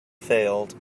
failed